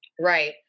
Right